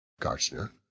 Gartner